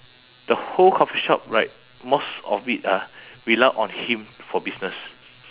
the whole coffee shop right most of it ah rely on him for business